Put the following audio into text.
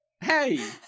Hey